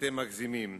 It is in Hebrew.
אתם מגזימים.